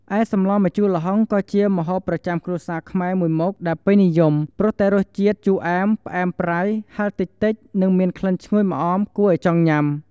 ឯសម្លម្ជូរល្ហុង ក៏ជាម្ហូបប្រចាំគ្រួសារខ្មែរមួយមុខដែលពេញនិយម ព្រោះតែរសជាតិជូរអែម ផ្អែមប្រៃ ហិរតិចៗ និងមានក្លិនឈ្ងុយម្អមគួរឲ្យចង់ញ៉ាំ។